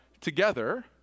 together